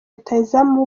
rutahizamu